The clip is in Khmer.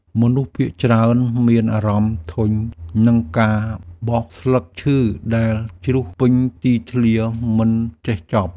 មនុស្សភាគច្រើនមានអារម្មណ៍ធុញនឹងការបោសស្លឹកឈើដែលជ្រុះពេញទីធ្លាមិនចេះចប់។